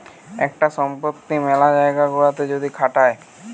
একটা সম্পত্তি মেলা জায়গা গুলাতে যদি খাটায়